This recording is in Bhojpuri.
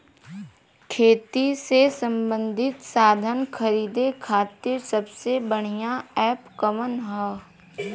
खेती से सबंधित साधन खरीदे खाती सबसे बढ़ियां एप कवन ह?